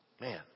man